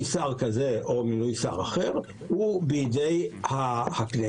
שר כזה או מינוי שר אחר הוא בידי הכנסת.